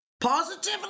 positively